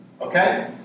Okay